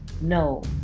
No